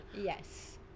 yes